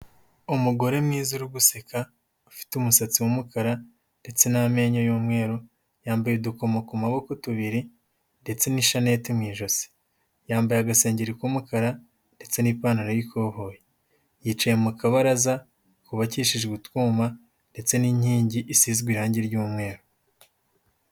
Umugore mwiza uri guseka ufite umusatsi w'umukara ndetse n'amenyo y'umweru, yambaye udukomo ku maboko tubiri ndetse n'ishanete mu ijosi, yambaye agasengeri k'umukara ndetse n'ipantaro y'ikoboyi yicaye mu kabaraza kubabakishijwe utwuma ndetse n'inkingi isizwe irangi ry'umweru.